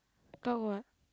talk what